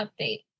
update